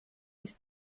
ist